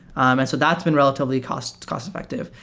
um and so that's been re latively cost cost-effective.